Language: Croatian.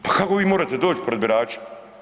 Pa kako vi možete doć pred birače?